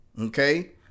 Okay